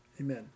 amen